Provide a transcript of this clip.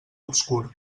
obscur